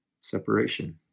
separation